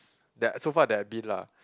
there so far they have been lah